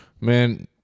Man